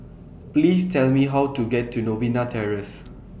Please Tell Me How to get to Novena Terrace